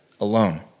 alone